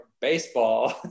baseball